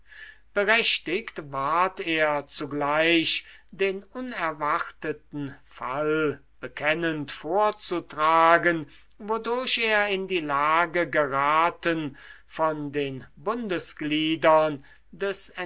berechtigt ward er zugleich den unerwarteten fall bekennend vorzutragen wodurch er in die lage geraten von den bundesgliedern des